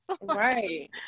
Right